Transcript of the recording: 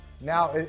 Now